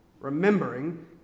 Remembering